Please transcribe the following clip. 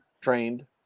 trained